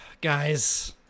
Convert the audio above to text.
guys